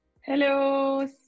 Hello